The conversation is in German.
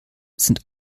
sind